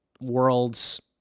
world's